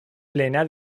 plena